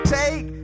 take